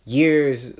years